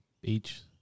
beach